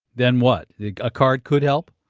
then what, a card could help?